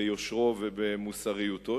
ביושרו ובמוסריותו,